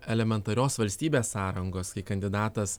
elementarios valstybės sąrangos kai kandidatas